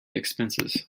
expenses